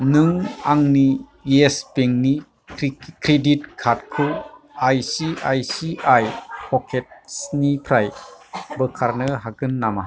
नों आंनि इयेस बेंकनि क्रेडिट कार्डखौ आइसिआइसिआइ प'केट्सनिफ्राय बोखारनो हागोन नामा